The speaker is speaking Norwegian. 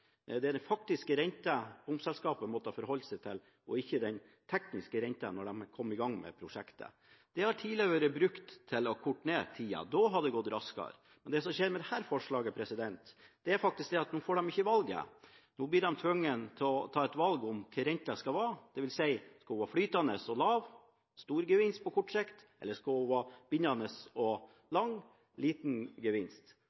– er den faktiske renta som bomselskapet måtte forholde seg til, og ikke den tekniske renta, da de kom i gang med prosjektet. Det har tidligere blitt brukt til å korte ned tida – da hadde det gått raskere – men det som skjedde med dette forslaget, er at nå får de ikke valget, nå blir de tvunget til å ta et valg om hva renta skal være: Skal den være flytende og lav og gi storgevinst på kort sikt, eller skal den være bindende og lang – liten gevinst?